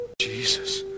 Jesus